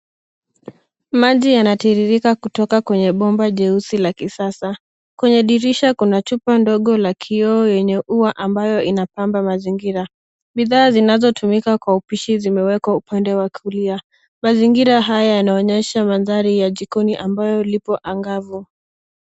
Maji yanatiririrka kutoka kwenye bomba jeusi la kisasa. Kwenye dirisha kuna chupa ndogo la kioo yenye ua ambayo inapamba mazingira. Bidhaa zinazotumika kwa upishi zmewekwa upande wa kulia. Mazingira haya yanaonyesha mandhari ya jikoni ambayo lipo angavu.